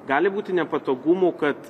gali būti nepatogumų kad